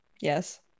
Yes